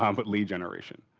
um but lead generation.